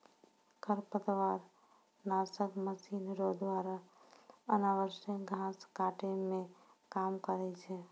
खरपतवार नासक मशीन रो द्वारा अनावश्यक घास काटै मे काम करै छै